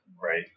Right